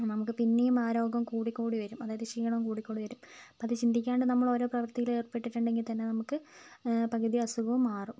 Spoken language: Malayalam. നമുക്ക് പിന്നേം ആ രോഗം കൂടി കൂടി വരും അതായത് ക്ഷീണോം കൂടി കൂടി വരും അപ്പോൾ അത് ചിന്തിക്കാണ്ട് നമ്മൾ ഓരോ പ്രവർത്തിയിൽ ഏർപ്പെട്ടിട്ടുണ്ടെങ്കിൽത്തന്നെ നമുക്ക് പകുതി അസുഖവും മാറും